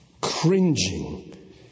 cringing